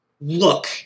look